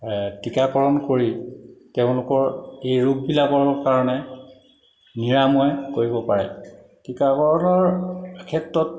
টিকাকৰণ কৰি তেওঁলোকৰ এই ৰোগবিলাকৰ কাৰণে নিৰাময় কৰিব পাৰে টিকাকৰণৰ ক্ষেত্ৰত